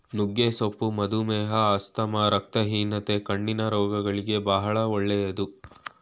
ನುಗ್ಗೆ ಸೊಪ್ಪು ಮಧುಮೇಹ, ಆಸ್ತಮಾ, ರಕ್ತಹೀನತೆ, ಕಣ್ಣಿನ ರೋಗಗಳಿಗೆ ಬಾಳ ಒಳ್ಳೆದು